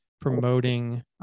promoting